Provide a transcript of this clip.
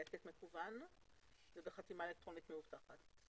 בהעתק מקוון ובחתימה אלקטרונית מאובטחת.